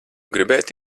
gribētu